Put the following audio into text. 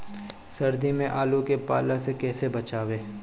सर्दी में आलू के पाला से कैसे बचावें?